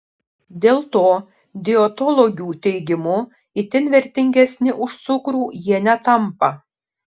dėl to dietologių teigimu itin vertingesni už cukrų jie netampa